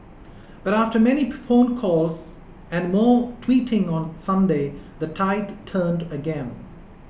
but after many phone calls and more tweeting on Sunday the tide turned again